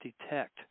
detect